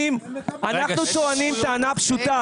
אין בעיה, תכללו גם את בני המשפחה, את המעגלים.